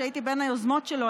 שהייתי בין היוזמות שלו,